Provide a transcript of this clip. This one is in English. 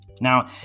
Now